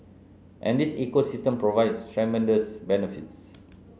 and this ecosystem provides tremendous benefits